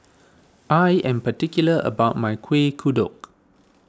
I am particular about my Kuih Kodok